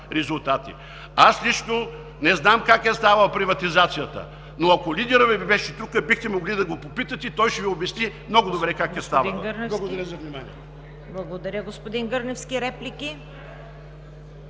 резултати. Аз лично не знам как е ставала приватизацията, но ако лидерът Ви беше тук, бихте могли да го попитате и той ще Ви обясни много добре как е станало. Благодаря за вниманието. ПРЕДСЕДАТЕЛ ЦВЕТА КАРАЯНЧЕВА: Благодаря, господин Гърневски. Реплики?